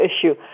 issue